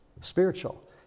spiritual